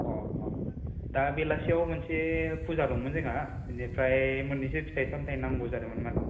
अ दा बेलासियाव मोनसे फुजा दंमोन जोंहा बेनिफ्राय मोननैसो फिथाइ सामथाइ नांगौ जादोंमोन माने